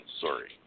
Sorry